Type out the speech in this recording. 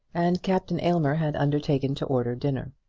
and captain aylmer had undertaken to order dinner.